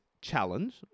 Challenge